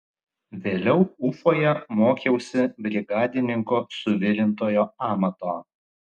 vėliau ufoje mokiausi brigadininko suvirintojo amato